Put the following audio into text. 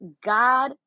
God